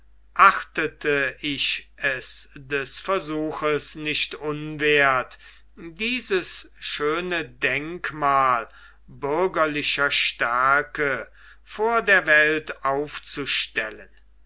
achtete ich es des versuchs nicht unwerth dieses schöne denkmal bürgerlicher stärke vor der welt aufzustellen